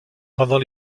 pendant